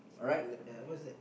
uh what's that